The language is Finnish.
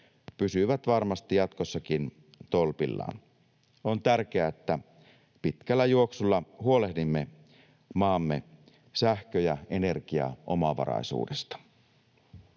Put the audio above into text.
pysyvät varmasti jatkossakin tolpillaan. On tärkeää, että pitkällä juoksulla huolehdimme maamme sähkö- ja energiaomavaraisuudesta.